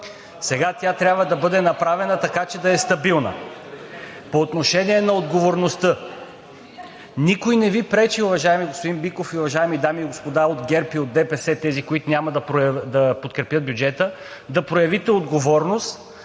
Сега тя трябва да бъде направена така, че да е стабилна. По отношение на отговорността. Никой не Ви пречи, уважаеми господин Биков и уважаеми дами и господа от ГЕРБ и от ДПС – тези, които няма да подкрепят бюджета, да проявите отговорност,